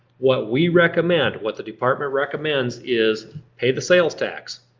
what we recommend, what the department recommends, is pay the sales tax.